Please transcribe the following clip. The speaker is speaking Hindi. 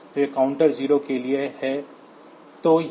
तो यह काउंटर टाइमर 0 के लिए है